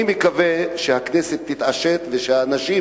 אני מקווה שהכנסת תתעשת ושהאנשים,